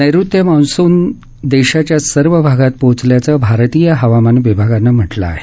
नैऋत्य मान्सून देशाच्या सर्व भागात पोचल्याचं भारतीय हवामान विभागानं सांगितलं आहे